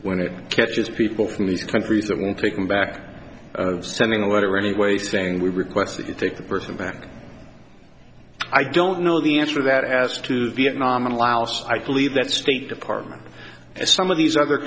when it catches people from these countries that will take them back sending a letter anyway saying we request that you take the person back i don't know the answer to that as to vietnam and laos i believe that state department and some of these other